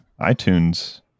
iTunes